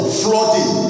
flooding